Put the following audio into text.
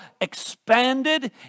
expanded